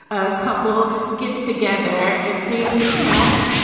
a couple gets together and things, you know,